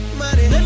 money